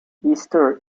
easter